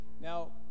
Now